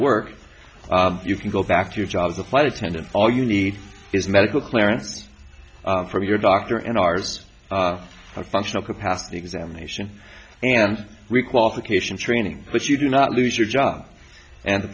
work you can go back to your job as the flight attendant all you need is medical clearance from your doctor and hours of functional capacity examination and requalification training but you do not lose your job and the